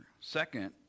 Second